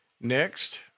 Next